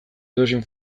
edozein